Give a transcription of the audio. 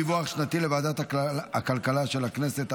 דיווח שנתי לוועדת הכלכלה של הכנסת),